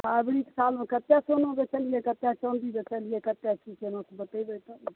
अभरीके सालमे कते सोना बेचलियै कते चाँदी बेचलियै कते की केना बतेबय तबने